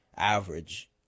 Average